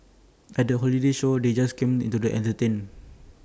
at the holiday show they just came into the entertained